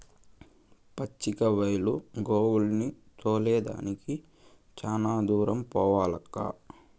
పచ్చిక బైలు గోవుల్ని తోలే దానికి చాలా దూరం పోవాలక్కా